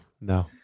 no